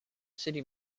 city